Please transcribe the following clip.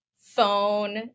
phone